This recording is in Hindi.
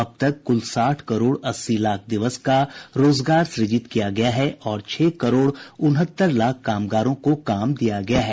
अब तक कुल साठ करोड़ अस्सी लाख दिवस का रोजगार सूजित किया गया है और छह करोड़ उनहत्तर लाख कामगारों को काम दिया गया है